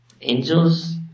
Angels